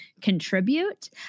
contribute